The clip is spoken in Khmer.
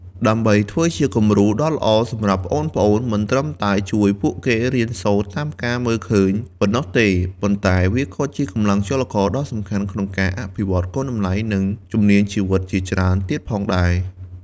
ដើម្បីធ្វើជាគំរូដ៏ល្អសម្រាប់ប្អូនៗ មិនត្រឹមតែជួយពួកគេរៀនសូត្រតាមការមើលឃើញប៉ុណ្ណោះទេ ប៉ុន្តែវាក៏ជាកម្លាំងចលករដ៏សំខាន់ក្នុងការអភិវឌ្ឍគុណតម្លៃ និងជំនាញជីវិតជាច្រើនទៀតផងដែរ ។